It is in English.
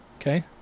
Okay